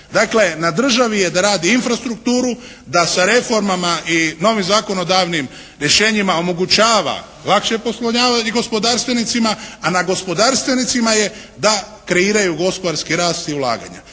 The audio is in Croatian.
Dakle na državi je da radi infrastrukturu. Da sa reformama i novim zakonodavnim rješenjima omogućava lakše poslovanje gospodarstvenicima a na gospodarstvenicima je da kreiraju gospodarski rast i ulaganja.